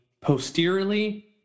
posteriorly